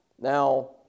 Now